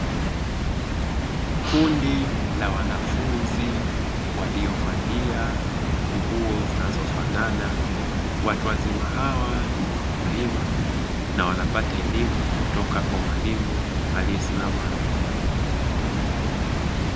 Kundi la wanafunzi waliovalia nguo zinazofanana. Watu wazima hawa ni wakulima na wanapata elimu kutoka kwa mwalimu aliyesimama mbele.